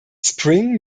spring